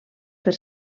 per